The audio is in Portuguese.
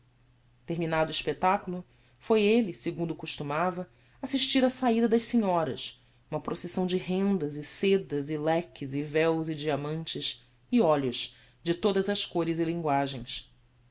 terminado o expectaculo foi elle segundo costumava assistir á saida das senhoras uma procissão de rendas e sedas e leques e veus e diamantes e olhos de todas as cores e linguagens